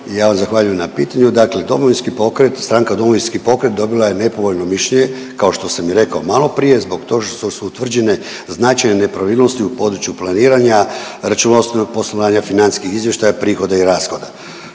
ja vam zahvaljujem na pitanju. Dakle, Domovinski pokret, stranka Domovinski pokret dobila je nepovoljno mišljenje kao što sam i rekao maloprije zbog toga što su utvrđene značajne nepravilnosti u području planiranja, računovodstvenog poslovanja, financijskih izvještaja, prihoda i rashoda.